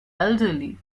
elderly